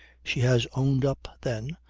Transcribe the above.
she has owned up, then,